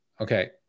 Okay